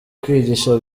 kwigisha